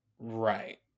Right